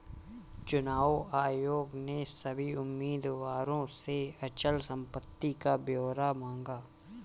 चुनाव आयोग ने सभी उम्मीदवारों से अचल संपत्ति का ब्यौरा मांगा